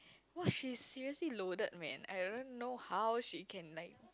!wah! she's seriously loaded man I don't even know how she can like